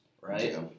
right